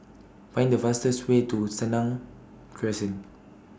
Find The fastest Way to Senang Crescent